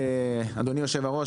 אדוני היושב-ראש,